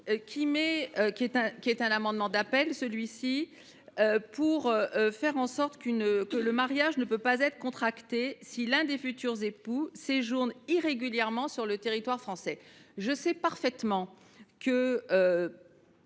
est un amendement d’appel. Il vise à prévoir que le mariage ne peut pas être contracté si l’un des futurs époux séjourne irrégulièrement sur le territoire français. Je sais parfaitement que